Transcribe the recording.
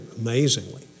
amazingly